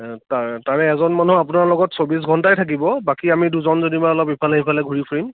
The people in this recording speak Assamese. তা তাৰে এজন মানুহক আপোনাৰ লগত চৌবিছ ঘণ্টাই থাকিব বাকী আমি দুজন যেনিবা অলপ ইফালে সিফালে ঘূৰি ফুৰিম